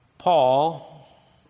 Paul